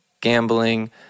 gambling